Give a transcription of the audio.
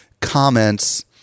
comments